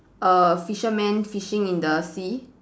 a fisherman fishing in the sea